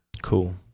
Cool